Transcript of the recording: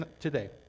today